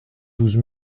douze